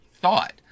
thought